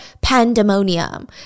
pandemonium